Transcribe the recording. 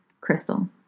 Crystal